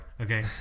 okay